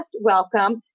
welcome